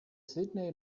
sydney